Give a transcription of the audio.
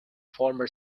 former